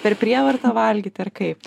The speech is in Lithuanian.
per prievartą valgyti ar kaip